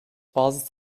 bazı